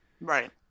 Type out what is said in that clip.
Right